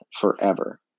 forever